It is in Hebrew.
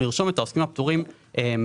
אנחנו נרשום את העוסקים הפטורים מראש.